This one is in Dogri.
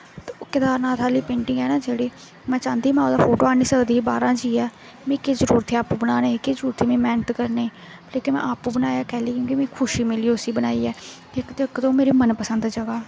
ते ओह् केदारनाथ आह्ली पेंटिंग ऐ ना जेह्ड़ी में चांह्दी में फोटो आनी सकदी ही बाह्रा दा जाइयै में केह् जरूरत ही आपूं बनाने दे केह् जरूरत ही मैह्नत करने दी में आपूं बनाया कैह्ल्ली क्योंकि मिगी खुशी मिली बनाइयै इक ते मेरी मन पसंद जगह् ऐ